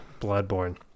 Bloodborne